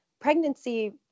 pregnancy